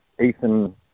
Ethan